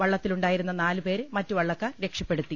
വള്ളത്തിലുണ്ടായിരുന്ന നാലു പേരെ മറ്റു വള്ളക്കാർ രക്ഷപ്പെടുത്തി